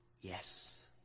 Yes